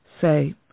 say